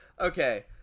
okay